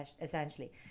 essentially